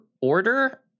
order